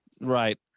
Right